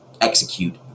execute